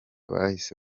bahise